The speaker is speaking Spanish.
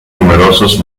numerosos